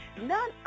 none